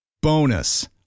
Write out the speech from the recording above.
Bonus